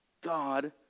God